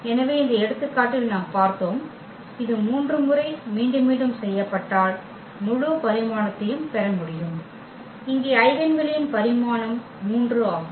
எனவே இந்த எடுத்துக்காட்டில் நாம் பார்த்தோம் இது 3 முறை மீண்டும் மீண்டும் செய்யப்பட்டால் முழு பரிமாணத்தையும் பெற முடியும் இங்கே ஐகென் வெளியின் பரிமாணம் 3 ஆகும்